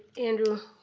andrew